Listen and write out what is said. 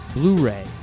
Blu-ray